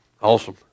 Awesome